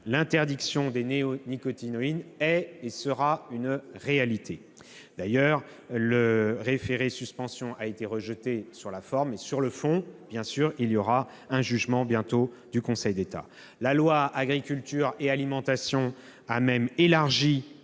l'interdiction des néonicotinoïdes est et sera une réalité. D'ailleurs, ce référé suspension a été rejeté sur la forme ; sur le fond, il y aura bien sûr bientôt un jugement du Conseil d'État. La loi relative à l'agriculture et à l'alimentation a même élargi